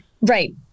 right